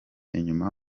inyuma